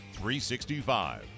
365